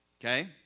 Okay